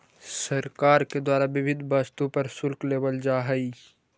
सरकार के द्वारा विविध वस्तु पर शुल्क लेवल जा हई